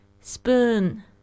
Spoon